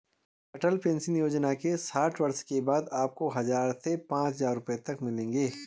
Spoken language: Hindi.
अटल पेंशन योजना में साठ वर्ष के बाद आपको हज़ार से पांच हज़ार रुपए तक मिलेंगे